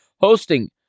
hosting